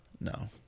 No